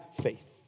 faith